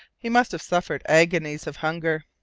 he must have suffered agonies of hunger.